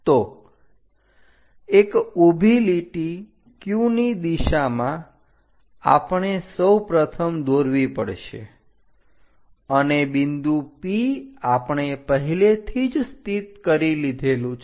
તો એક ઊભી લીટી Q ની દિશામાં આપણે સૌપ્રથમ દોરવી પડશે અને બિંદુ P આપણે પહેલેથી જ સ્થિત કરી લીધેલું છે